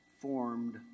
formed